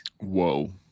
Whoa